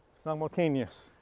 simultaneous.